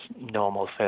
normal